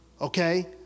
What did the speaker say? okay